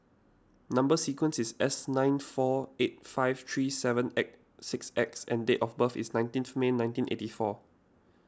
Number Sequence is S nine four eight five three seven six X and date of birth is nineteenth May nineteen eighty four